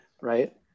right